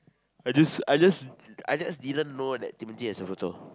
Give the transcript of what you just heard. I just I just I just didn't know that Timothy has a photo